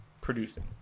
producing